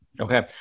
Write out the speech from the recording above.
Okay